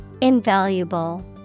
Invaluable